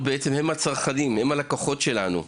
הם הצרכנים, הם הלקוחות שלנו בעצם.